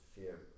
fear